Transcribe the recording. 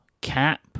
cap